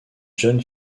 john